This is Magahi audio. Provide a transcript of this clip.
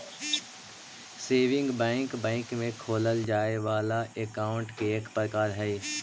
सेविंग बैंक बैंक में खोलल जाए वाला अकाउंट के एक प्रकार हइ